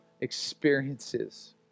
experiences